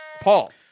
Paul